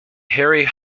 harry